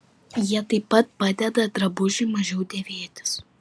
jie taip pat padeda drabužiui mažiau dėvėtis